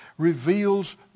Reveals